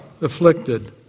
afflicted